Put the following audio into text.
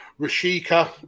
Rashika